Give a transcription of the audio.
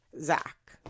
Zach